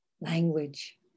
language